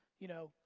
you know,